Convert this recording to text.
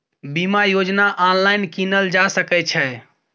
बीमा योजना ऑनलाइन कीनल जा सकै छै?